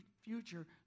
future